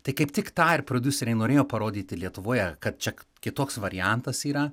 tai kaip tik tą ir prodiuseriai norėjo parodyti lietuvoje kad čia kitoks variantas yra